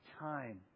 time